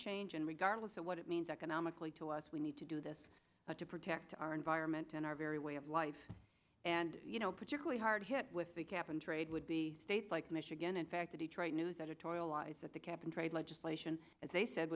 change and regardless of what it means economically to us we need to do this but to protect our environment and our very way of life and you know particularly hard hit with the cap and trade would be states like michigan in fact the detroit news editorialized that the cap and trade legislation a